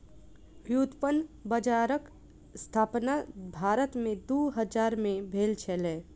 व्युत्पन्न बजारक स्थापना भारत में वर्ष दू हजार में भेल छलै